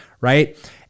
right